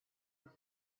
els